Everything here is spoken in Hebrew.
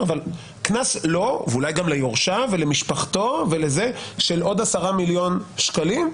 אבל קנס לו ואולי גם ליורשיו ולמשפחתו של עוד 10 מיליון שקלים,